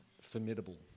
formidable